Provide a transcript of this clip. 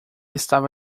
estava